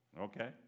Okay